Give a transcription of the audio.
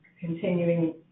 continuing